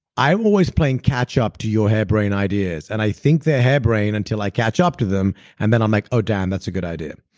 i'm always playing catch-up to your harebrained ideas and i think they're harebrained until i catch up to them and then i'm like, oh damn, that's a good idea.